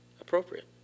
appropriate